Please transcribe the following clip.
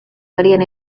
varían